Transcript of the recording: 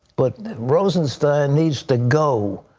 but rosenstein needs to go.